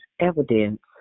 evidence